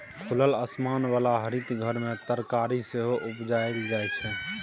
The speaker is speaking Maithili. खुलल आसमान बला हरित घर मे तरकारी सेहो उपजाएल जाइ छै